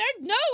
no